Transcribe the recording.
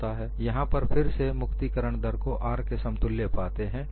यहां पर फिर से मुक्तिकरण दर को R के समतुल्य पाते हैं